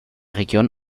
region